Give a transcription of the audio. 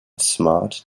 smart